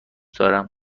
دارم